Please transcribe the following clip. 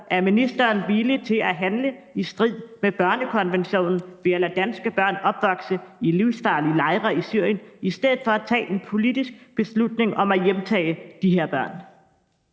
Er ministeren villig til at handle i strid med børnekonventionen ved at lade danske børn opvokse i livsfarlige lejre i Syrien i stedet for at træffe en politisk beslutning om at hjemtage de her børn?